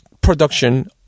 production